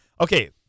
Okay